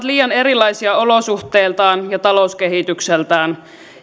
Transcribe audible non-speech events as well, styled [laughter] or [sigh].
[unintelligible] liian erilaisia olosuhteiltaan ja talouskehitykseltään